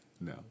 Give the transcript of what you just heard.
No